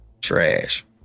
Trash